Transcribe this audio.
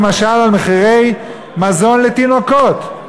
למשל על מחירי מזון לתינוקות,